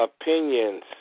opinions